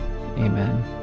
Amen